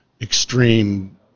extreme